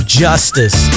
justice